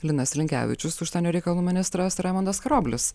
linas linkevičius užsienio reikalų ministras ir raimundas karoblis